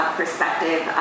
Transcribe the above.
perspective